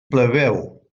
plebeu